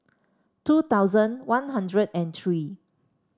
two thousand One Hundred and three